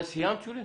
סיימת, שולי?